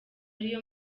ariyo